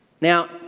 Now